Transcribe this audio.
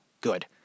good